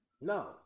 No